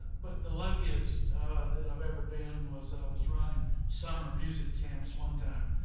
but the luckiest that i've ever been was i was running summer music camps one time,